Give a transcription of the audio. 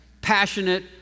passionate